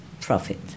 profit